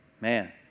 Man